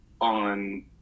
on